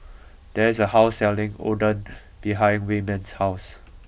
there is a house selling Oden behind Wayman's house